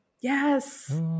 yes